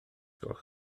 gwelwch